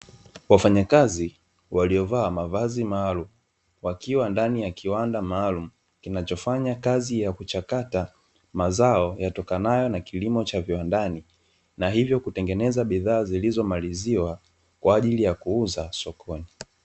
Wafanyakazi waliovaa mavazi maalumu wakiwa ndani ya kiwanda maalumu, kinachofanya kazi ya kuchakata mazao yatokanayo na kilimo cha viwandani na hivyo kutengeneza bidhaa zilizomaliziwa kwa ajili ya kuuza sokoni.